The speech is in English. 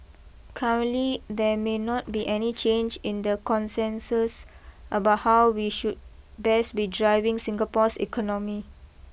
currently there may not be any change in the consensus about how we should best be driving Singapore's economy